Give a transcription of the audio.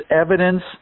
evidence